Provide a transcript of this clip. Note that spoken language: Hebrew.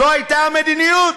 זו הייתה המדיניות.